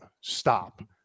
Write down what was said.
stop